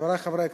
חברי חברי הכנסת,